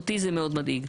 אותי זה מאוד מדאיג.